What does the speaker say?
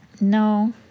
No